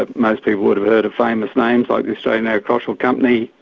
ah most people would have heard of famous names like the australian agricultural company,